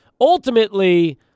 ultimately